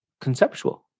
conceptual